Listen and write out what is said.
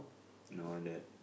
no that